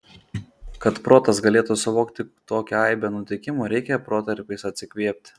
kad protas galėtų suvokti tokią aibę nutikimų reikia protarpiais atsikvėpti